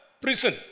prison